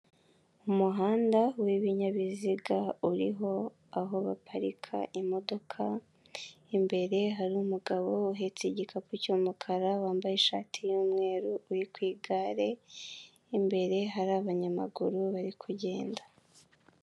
Umuhanda w'ibinyabiziga uriho aho baparika imodoka, imbere hari umugabo uhetse igikapu cy'umukara wambaye ishati y'umweru iri ku igare, imbere hari abanyamaguru barikugenda.